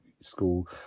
school